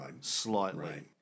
slightly